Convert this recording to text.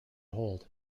hold